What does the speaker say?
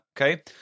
okay